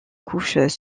couches